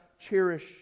cherish